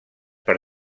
per